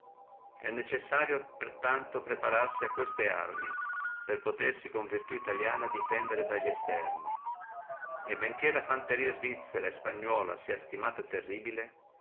è necessario per tanto prepararsi a queste arme per potere con la virtù italica defendersi dalli esterni e benché la fanteria svizzera e spagnola sia esistimata terribile